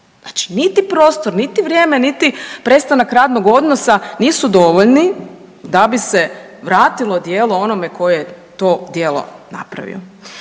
Znači, niti prostor, niti vrijeme, niti prestanak radnog odnosa nisu dovoljni da bi se vratilo djelo onome tko je to djelo napravio.